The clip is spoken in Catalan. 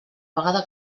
vegada